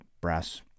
brass